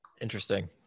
interesting